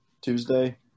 Tuesday